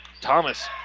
Thomas